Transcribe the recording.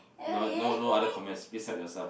no no no other comments please help yourself